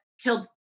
killed